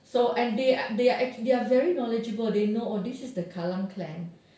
so and they they are actually very knowledgeable they know oh this is the kallang clan